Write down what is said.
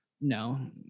No